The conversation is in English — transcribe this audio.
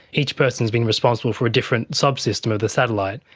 each person has been responsible for a different subsystem of the satellite.